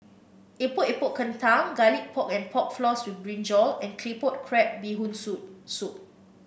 Epok Epok Kentang Garlic Pork and Pork Floss with brinjal and Claypot Crab Bee Hoon Soup soup